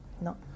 No